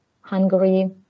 Hungary